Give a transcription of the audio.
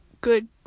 good